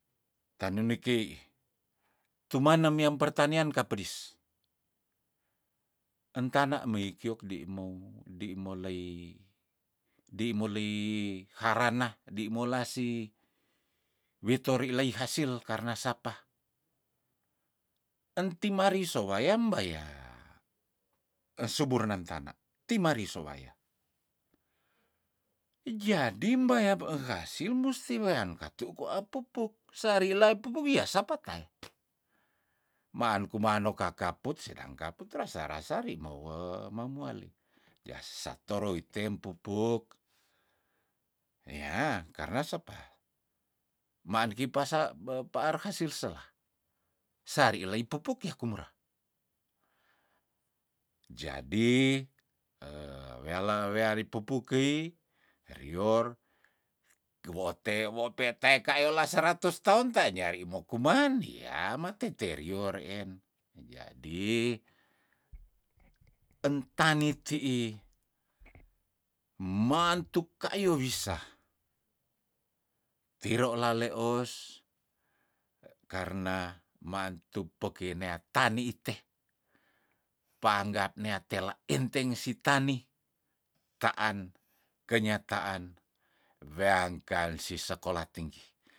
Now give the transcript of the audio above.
Tane mekeih tumanem miam pertanian ka pedis, entana mei kiok dei mou dei mou lei dei mou lei harana di mola si witori lei hasil karna sapa entimariso wayam baya ensubur nentana timarisou waya jadi mbayap ehasil musti wean katu kwa epupuk sarila epupu biasa pakae man kuman nokakaput sedang kaput rasa- rasa rimou weh mamuali jiasesa toroi tempupuk yah karna sopa maan ki pasa be paar hasil sela sari lei pupuk yah kumura, jadi weala weari pupuk kei rior kiwote wopet tae ka ela saratus taon tanya ri mo kuman yah mate terior reen, jadi entani tiih maantukayo wisa tiro laleos karna maantu pekinea tani ite panggap nea tela enteng sitani taan kenyataan weangkan sisekolah tinggi